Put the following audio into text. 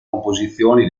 composizioni